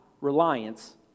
reliance